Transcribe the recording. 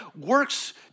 works